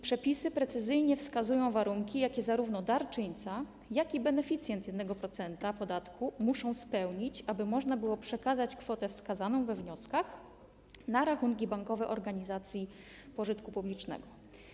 Przepisy precyzyjnie wskazują warunki, jakie zarówno darczyńca, jak i beneficjent 1% podatku muszą spełnić, aby można było przekazać kwotę wskazaną we wnioskach na rachunki bankowe organizacji pożytku publicznego.